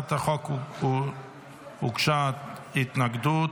להצעת החוק הוגשה התנגדות.